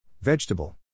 Vegetable